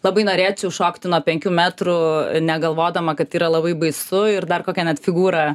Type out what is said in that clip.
labai norėčiau šokti nuo penkių metrų negalvodama kad yra labai baisu ir dar kokią net figūrą